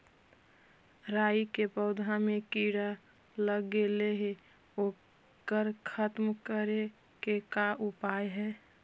राई के पौधा में किड़ा लग गेले हे ओकर खत्म करे के का उपाय है?